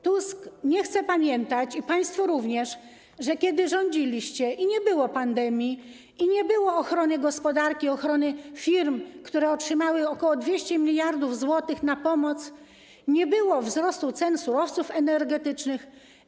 Tusk nie chce pamiętać, państwo również, że kiedy rządziliście i kiedy nie było pandemii, nie było ochrony gospodarki, ochrony firm, które otrzymały ok. 200 mld zł w ramach pomocy, nie było wzrostu cen surowców energetycznych.